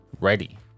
ready